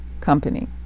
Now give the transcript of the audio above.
Company